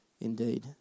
indeed